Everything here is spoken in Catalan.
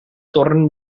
torn